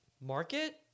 market